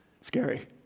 Scary